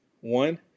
one